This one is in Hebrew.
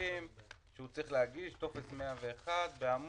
נוספים שהוא צריך להגיש, טופס 101 ורק